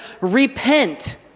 repent